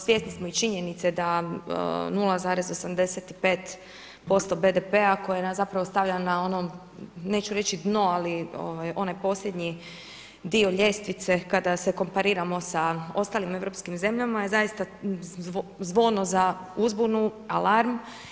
Svjesni smo i činjenice da 0,85% BDP-a koje nas zapravo stavlja na ono neću reći dno, ali onaj posljednji dio ljestvice kada se kompariramo sa ostalim europskim zemljama je zaista zvono za uzbunu, alarm.